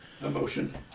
Emotion